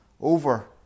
over